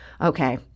Okay